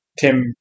Tim